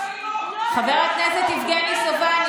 חברת הכנסת אורנה ברביבאי, בבקשה.